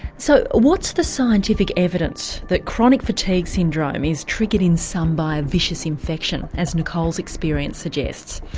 so what's the scientific evidence that chronic fatigue syndrome is triggered in some by a vicious infection, as nicole's experience suggests?